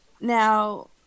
Now